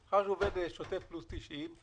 מאחר והוא עובד בשוטף פלוס 90,